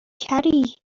کری